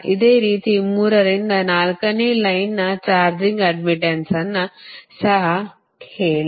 ಅದೇ ರೀತಿ 3 ರಿಂದ 4 ನೇ ಲೈನ್ನ ಚಾರ್ಜಿಂಗ್ ಅಡ್ಡ್ಮಿಟ್ಟನ್ಸ್ ಅನ್ನು ಸಹ ಹೇಳಿ